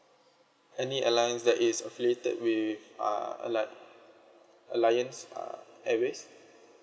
any airlines that is affiliated with uh err like alliance uh airways